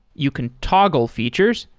you can toggle features.